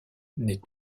n’est